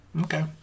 Okay